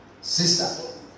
sister